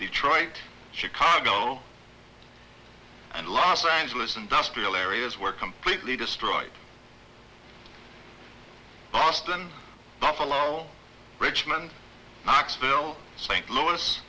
detroit chicago and los angeles industrial areas were completely destroyed boston buffalo richmond knoxville st louis